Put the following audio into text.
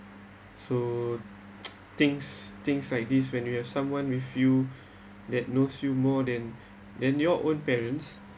so things things like this when you have someone with you that knows you more than than your own parents